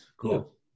cool